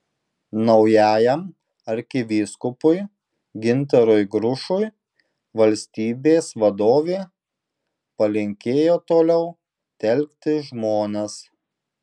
naujajam arkivyskupui gintarui grušui valstybės vadovė palinkėjo toliau telkti žmones